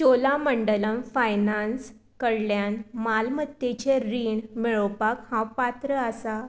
Cholamandalam finance कडल्यान मालमत्तेचेर रीण मेळोवपाक हांव पात्र आसा